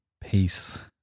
Peace